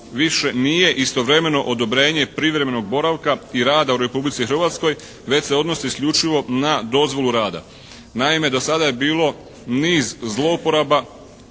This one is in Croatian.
više nije istovremeno odobrenje privremenog boravka i rada u Republici Hrvatskoj već se odnosi isključivo na dozvolu rada. Naime do sada je bilo niz zlouporaba